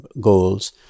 goals